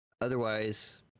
Otherwise